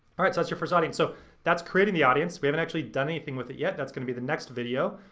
all right, so that's your first audience. so that's created the audience. we haven't actually done anything with it yet. that's gonna be the next video,